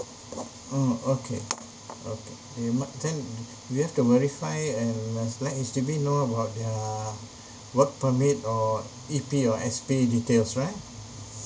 mm okay okay they might then we have to verify and uh let H_D_B know about their work permit or E_P or S_P details right